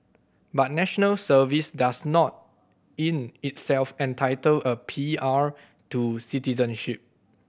but National Service does not in itself entitle a P R to citizenship